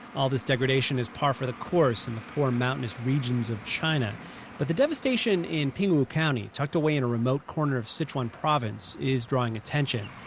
all this degradation is par for the course in the poor mountainous regions of china but the devastation in pingwu county, tucked away in a remote corner of sichuan province, is drawing attention.